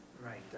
Right